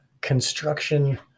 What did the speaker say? construction